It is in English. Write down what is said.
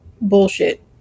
bullshit